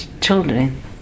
children